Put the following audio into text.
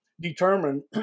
determine